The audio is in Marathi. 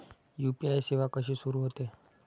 यू.पी.आय सेवा कशी सुरू होते?